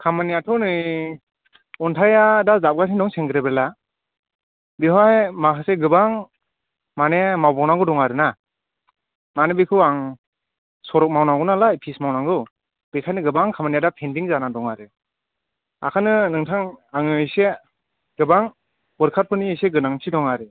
खामानियाथ' नै अन्थायआ दा जाबगासिनो सेन्डग्रेभेलआ बेवहाय माखासे गोबां माने मावबावनांगौ दं आरोना मानि बेखौ आं सरब मावनांगौ नालाय फिस मावनांगौ बेखायनो गोबां खामानिया दा पेन्डिं जाना दं आरो ओंखायनो नोंथां आंनो एसे गोबां अवार्ककारफोरनि एसे गोनांथि दं आरो